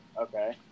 okay